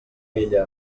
ella